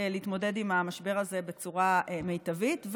להתמודד עם המשבר הזה בצורה מיטבית.